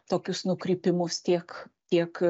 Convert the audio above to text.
tokius nukrypimus tiek tiek